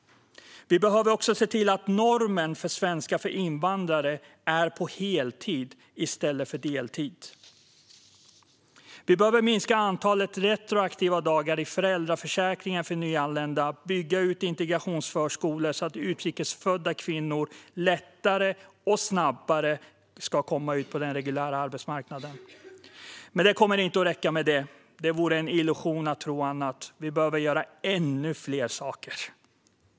Vi behöver dessutom se till att normen för svenska för invandrare blir heltid i stället för deltid. Vi behöver minska antalet retroaktiva dagar i föräldraförsäkringen för nyanlända och bygga ut integrationsförskolor så att utrikesfödda kvinnor lättare och snabbare kan komma ut på den reguljära arbetsmarknaden. Men det kommer inte att räcka med detta. Det vore det en illusion att tro. Vi behöver göra ännu fler saker.